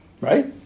Right